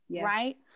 right